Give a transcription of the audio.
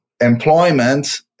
employment